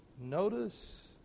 Notice